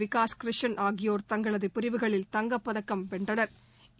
விகாஷ் க்ரிஷன் ஆகியோா் தங்களது பிரிவுகளில் தங்கப்பதக்கம் வென்றனா்